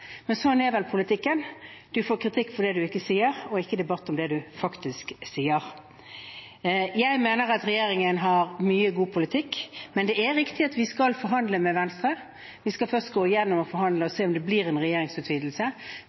Men sånn er vel politikken: Man får kritikk for det man ikke sier, og ikke debatt om det man faktisk sier. Jeg mener at regjeringen har mye god politikk, men det er riktig at vi skal forhandle med Venstre. Vi skal først forhandle og se om det blir en regjeringsutvidelse.